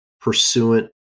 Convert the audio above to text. pursuant